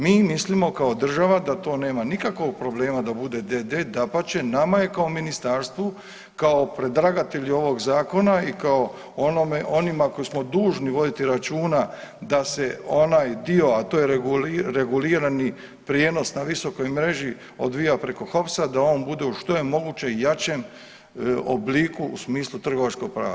Mi mislimo kao država da to nema nikakvog problema da bude d.d., dapače nama je kao ministarstvu kao predlagatelju ovog zakona i kao onima koji smo dužni voditi računa da se onaj dio, a to je regulirani prijenos na visokoj mreži odvija preko HOPS-a da on bude u što je moguće jačem obliku u smislu trgovačkog prava.